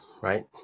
right